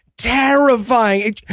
Terrifying